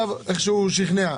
איכשהו הוא שכנע,